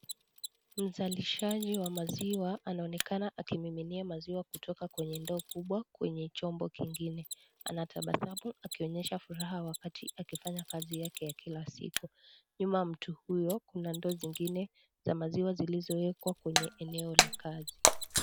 Mzalishaji wa maziwa anaonekana akimiminia maziwa kutoka kwa ndoo kubwa kwenye chombo kingine, anatabasamu akionyesha furaha wakati akifanya kazi yake ya kila siku , nyuma ya mtu huyo kuna ndoo zingine za maziwa zilizowekwa kwenye eneo la kazi.